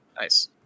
Nice